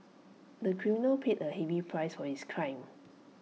the criminal paid A heavy price for his crime